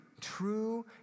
true